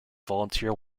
volunteer